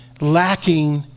lacking